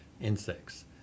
insects